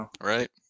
Right